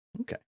Okay